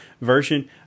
version